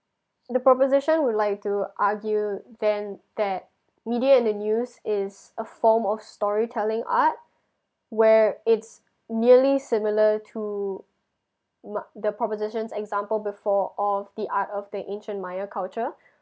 the proposition would like to argue then that media and the news is a form of story telling art where it's nearly similar to ma~ the proposition's example before of the art of the ancient maya culture